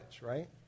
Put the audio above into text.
right